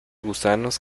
gusanos